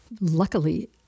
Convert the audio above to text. luckily